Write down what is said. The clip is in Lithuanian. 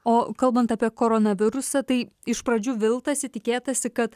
o kalbant apie koronavirusą tai iš pradžių viltasi tikėtasi kad